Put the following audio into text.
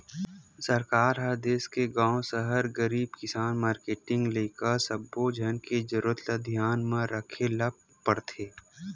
सरकार ह देस के गाँव, सहर, गरीब, किसान, मारकेटिंग, लइका सब्बो के जरूरत ल धियान म राखे ल परथे